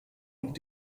und